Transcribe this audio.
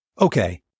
Okay